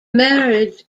marriage